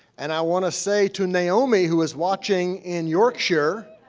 and i want to say to naomi, who is watching in yorkshire,